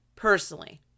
Personally